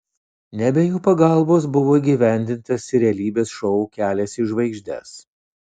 ne be jų pagalbos buvo įgyvendintas ir realybės šou kelias į žvaigždes